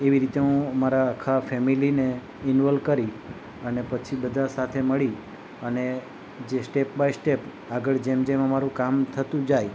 એવી રીતે હું મારા આખા ફેમેલીને ઇનવોલ કરી અને પછી બધા સાથે મળી અને જે સ્ટેપ બાય સ્ટેપ આગળ જેમ જેમ મારું કામ થતું જાય